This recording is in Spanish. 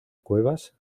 cuevas